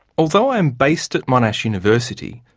although i am based at monash university,